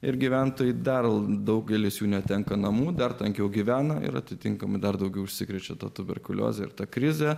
ir gyventojai daro daugelis jų netenka namų dar tankiau gyvena ir atitinkamai dar daugiau užsikrečia tuberkulioze ir tą krizę